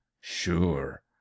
sure